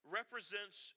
represents